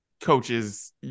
coaches